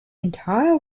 entire